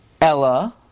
Ella